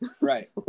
right